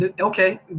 okay